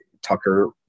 Tucker